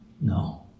no